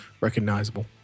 recognizable